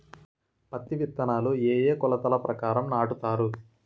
పత్తి విత్తనాలు ఏ ఏ కొలతల ప్రకారం నాటుతారు?